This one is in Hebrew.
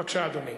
בבקשה, אדוני.